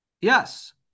Yes